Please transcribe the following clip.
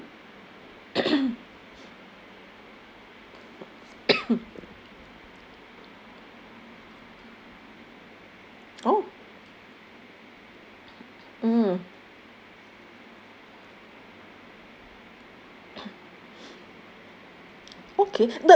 oh mm